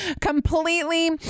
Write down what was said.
completely